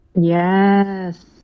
Yes